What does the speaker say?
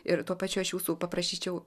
ir tuo pačiu aš jūsų paprašyčiau